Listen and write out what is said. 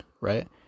right